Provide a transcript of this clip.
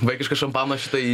vaikišką šampaną šitą į